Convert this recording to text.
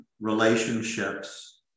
relationships